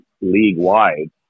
league-wide